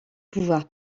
pouvoir